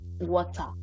water